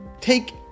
take